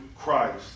Christ